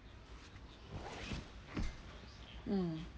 mm